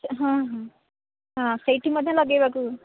ହଁ ହଁ ହଁ ସେହିଠି ମଧ୍ୟ ଲଗାଇବାକୁ